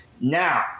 Now